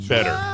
Better